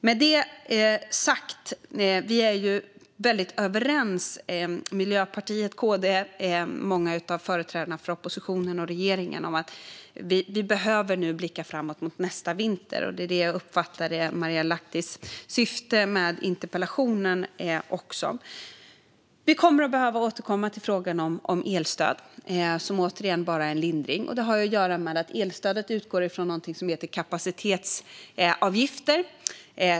Med det sagt är Miljöpartiet, KD, många av företrädarna för oppositionen och regeringen väldigt överens om att vi nu behöver blicka framåt mot nästa vinter. Det var också det jag uppfattade var Marielle Lahtis syfte med interpellationen. Vi kommer att behöva återkomma till frågan om elstöd, som återigen bara är en lindring. Det har att göra med att elstödet utgår från någonting som heter kapacitetsavgifter.